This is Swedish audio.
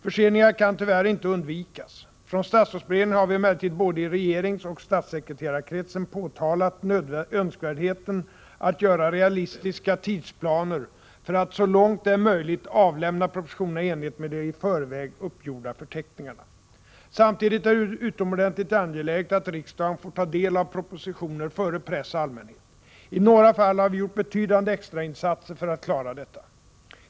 Förseningar kan tyvärr inte undvikas. Från statsrådsberedningen har vi emellertid, både i regeringsoch statssekreterarkretsen, påtalat önskvärdheten att göra realistiska tidsplaner för att så långt det är möjligt avlämna propositioner i enlighet med de i förväg uppgjorda förteckningarna. Samtidigt är det utomordentligt angeläget att riksdagen får ta del av propositioner före press och allmänhet. I några fall har vi gjort betydande extrainsatser för att klara detta.